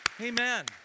Amen